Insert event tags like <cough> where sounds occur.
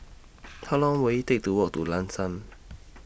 <noise> How Long Will IT Take to Walk to Lam San